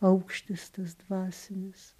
aukštis tas dvasinis